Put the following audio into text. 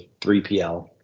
3pl